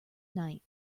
night